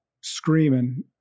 screaming